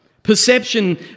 Perception